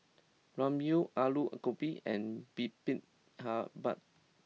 Ramyeon Alu Gobi and Bibimbap